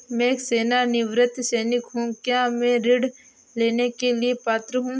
मैं एक सेवानिवृत्त सैनिक हूँ क्या मैं ऋण लेने के लिए पात्र हूँ?